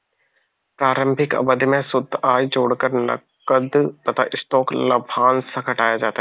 प्रारंभिक अवधि में शुद्ध आय जोड़कर नकद तथा स्टॉक लाभांश घटाया जाता है